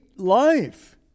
Life